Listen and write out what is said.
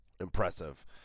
Impressive